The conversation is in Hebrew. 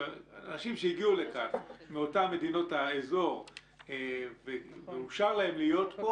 אנשים שהגיעו לכאן מאותן מדינות האזור ומאושר להם להיות פה